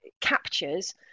captures